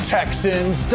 Texans